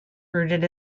rooted